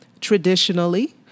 traditionally